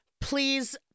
please